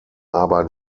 aber